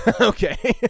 Okay